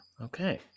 okay